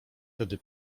tedy